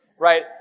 Right